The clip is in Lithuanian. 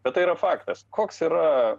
bet tai yra faktas koks yra